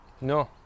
No